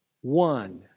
one